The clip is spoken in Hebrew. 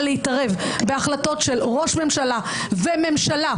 להתערב בהחלטות של ראש ממשלה וממשלה,